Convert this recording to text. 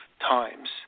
times